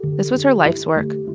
this was her life's work.